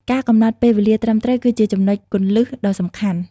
ការកំណត់ពេលវេលាត្រឹមត្រូវគឺជាចំណុចគន្លឹះដ៏សំខាន់។